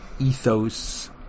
ethos